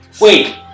Wait